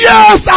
Yes